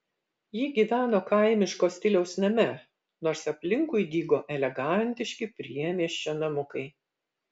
ji gyveno kaimiško stiliaus name nors aplinkui dygo elegantiški priemiesčio namukai